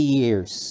years